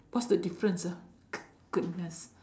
what's the difference ah goodness